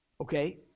Okay